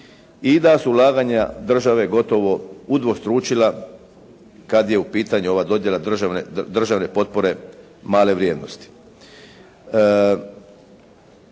i da su ulaganja države gotovo udvostručila kada je u pitanju ova dodjela državne potpore male vrijednosti.